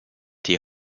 die